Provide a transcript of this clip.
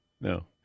no